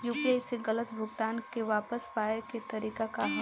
UPI से गलत भुगतान के वापस पाये के तरीका का ह?